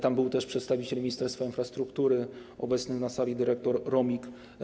Tam był też przedstawiciel Ministerstwa Infrastruktury, obecny na sali dyrektor Romik.